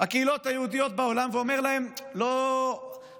הקהילות היהודיות בעולם ואומר להם: השינוי